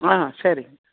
ஆ சரி